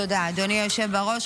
תודה, אדוני היושב בראש.